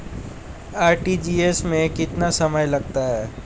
RTGS में कितना समय लगता है?